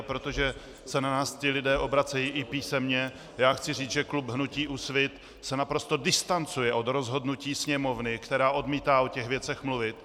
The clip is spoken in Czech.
Protože se na nás lidé obracejí i písemně, chci říct, že klub hnutí Úsvit se naprosto distancuje od rozhodnutí Sněmovny, která o těch věcech odmítá mluvit!